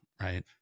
right